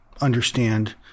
understand